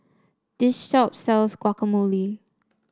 this shop sells Guacamole